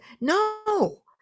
No